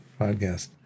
podcast